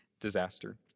disaster